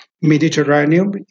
Mediterranean